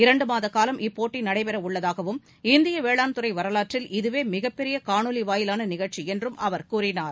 இரண்டு மாத காலம் இப்போட்டி நடைபெறவுள்ளதாகவும் இந்திய வேளாண்துறை வரவாற்றில் இதுவே மிகப்பெரிய காணொலி வாயிலான நிகழ்ச்சி என்றும் அவர் கூறினார்